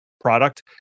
product